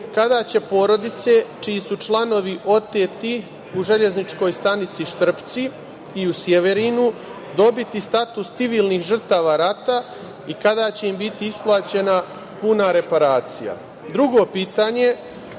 kada će porodice čiji su članovi oteti u železničkoj stanici Štrpci i u Sjeverinu dobiti status civilnih žrtava rata i kada će im biti isplaćena puna reparacija? Drugo pitanje